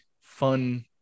fun